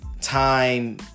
time